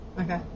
okay